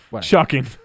Shocking